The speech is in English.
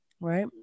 right